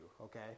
okay